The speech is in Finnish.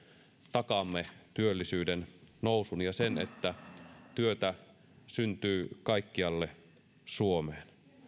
takaamme työllisyyden nousun ja sen että työtä syntyy kaikkialle suomeen